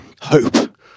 hope